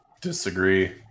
disagree